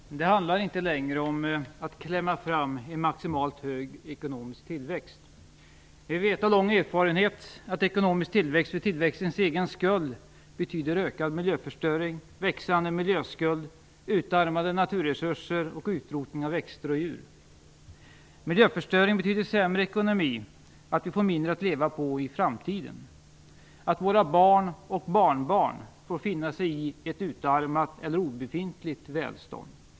Fru talman! Det handlar inte längre om att klämma fram en maximalt hög ekonomisk tillväxt. Vi vet av lång erfarenhet att ekonomisk tillväxt för tillväxtens egen skull betyder ökad miljöförstöring, växande miljöskuld, utarmade naturresurser och utrotning av växter och djur. Miljöförstöring betyder sämre ekonomi, att vi får mindre att leva på i framtiden och att våra barn och barnbarn får finna sig i ett utarmat eller obefintligt välstånd.